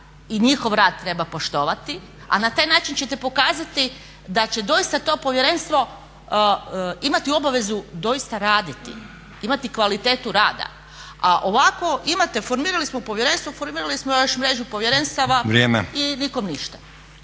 i njihov rad treba poštovati, a na taj način ćete pokazati da će doista to povjerenstvo imati obavezu doista raditi, imati kvalitetu rada. A ovako imate, formirali smo povjerenstvo, formirali smo još mrežu povjerenstava … …/Upadica